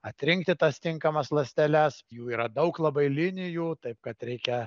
atrinkti tas tinkamas ląsteles jų yra daug labai linijų taip kad reikia